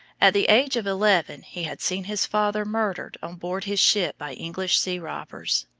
at the age of eleven he had seen his father murdered on board his ship by english sea-robbers.